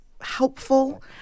helpful